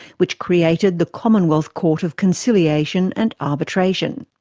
which created the commonwealth court of conciliation and arbitration.